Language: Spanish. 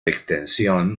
extensión